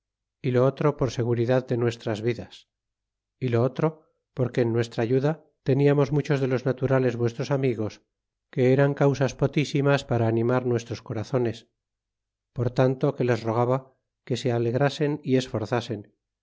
y lo otro por eegoridad de intearcis das y lo otro porque en nuestrd aynd len amos muchos de los naturales nuestros amignx que eran causas pottsi mas para animar nuestros corozones por tanto ti t ie le roa gaba que sea gro g ny esforzasen